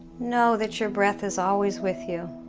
know that your breath is always with you